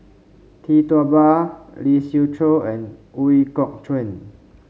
Tee Tua Ba Lee Siew Choh and Ooi Kok Chuen